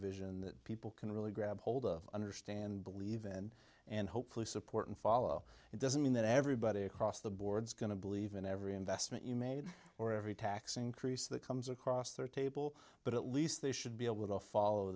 vision that people can really grab hold of understand believe in and hopefully support and follow it doesn't mean that everybody across the board is going to believe in every investment you made or every tax increase that comes across the table but at least they should be able to follow